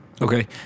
Okay